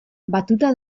batuta